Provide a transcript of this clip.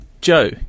Joe